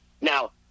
Now